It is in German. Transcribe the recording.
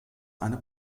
eine